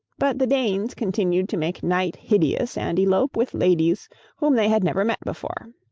but the danes continued to make night hideous and elope with ladies whom they had never met before.